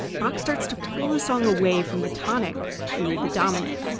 bach starts to pull the song away from the tonic to the dominant.